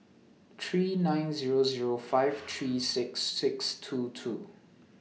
three nine Zero Zero five three six six two two